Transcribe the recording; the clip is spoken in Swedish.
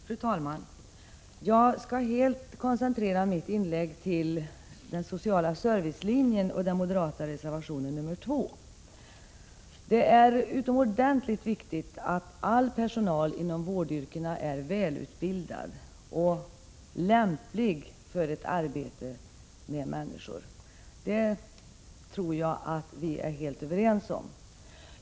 Fru talman! Jag skall helt koncentrera mitt inlägg till frågan om den sociala servicelinjen, som tagits upp i den moderata reservationen nr 2. Det är utomordentligt viktigt att all personal inom vårdyrkena är välutbildad och lämplig för ett arbete med människor. Det tror jag att vi är helt överens om.